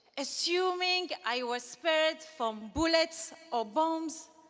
assuming i was spared from bullets or bombs,